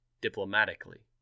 diplomatically